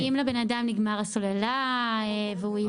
ואם לבן אדם נגמרת הסוללה והוא עיוור?